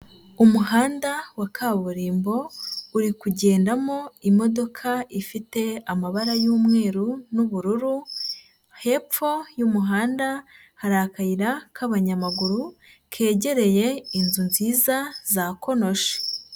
Umuhanda wa kaburimbo uri kugendamo imodoka ifite amabara y'umweru n'ubururu, hepfo y'umuhanda hari akayira k'abanyamaguru kegereye inzu nziza za konoshi.